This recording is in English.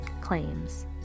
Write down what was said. claims